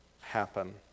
happen